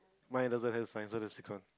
mine doesn't have sign so that's six one